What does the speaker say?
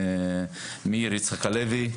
מאיר יצחק הלוי,